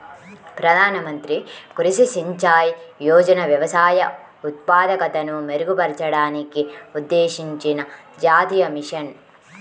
ప్రధాన మంత్రి కృషి సించాయ్ యోజన వ్యవసాయ ఉత్పాదకతను మెరుగుపరచడానికి ఉద్దేశించిన జాతీయ మిషన్